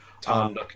Tom